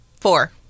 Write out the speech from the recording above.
four